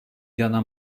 cana